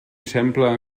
sembla